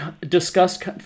discussed